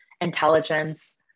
intelligence